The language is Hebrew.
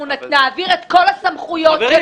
אנחנו נעביר את כל הסמכויות ללשכת עורכי הדין.